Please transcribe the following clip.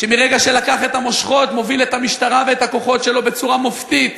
שמרגע שלקח את המושכות מוביל את המשטרה ואת הכוחות שלו בצורה מופתית,